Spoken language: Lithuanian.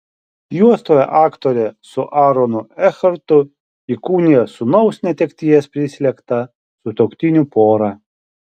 juostoje aktorė su aronu ekhartu įkūnija sūnaus netekties prislėgtą sutuoktinių porą